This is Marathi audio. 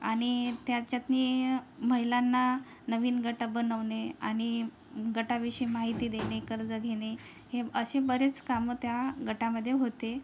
आणि त्याच्यात महिलांना नवीन गट बनवणे आणि गटाविषयी माहिती देणे कर्ज घेणे हे असे बरेच कामं त्या गटामध्ये होते